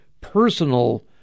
personal